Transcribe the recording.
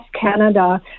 Canada